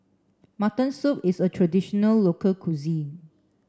mutton soup is a traditional local cuisine